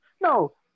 No